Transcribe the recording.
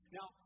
Now